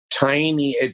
Tiny